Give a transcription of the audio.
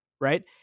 right